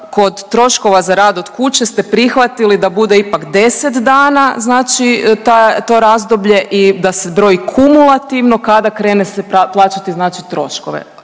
kod troškova za rad od kuće ste prihvatili da bude ipak 10 dana znači to razdoblje i da se broji kumulativno kada krene se plaćati znači troškove.